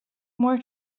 more